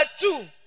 two